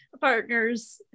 partners